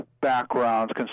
backgrounds